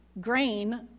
grain